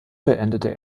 beendete